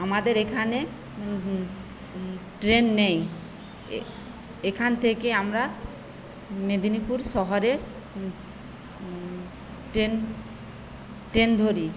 আমাদের এখানে ট্রেন নেই এ এখান থেকে আমরা মেদিনীপুর শহরে ট্রেন ট্রেন ধরি